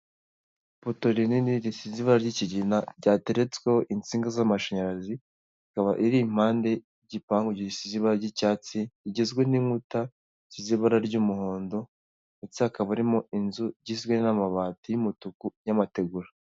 Ipoto rinini risize ibara ry'ikigina ryateretsweho insinga z'amashanyarazi, ikaba iripande y'igipangu gisize ibara ry'icyatsi rigizwe n'inkuta z'ibara ry'umuhondo ndetse hakaba arimo n'inzu igizwe n'amabati y'umutuku y'amategura.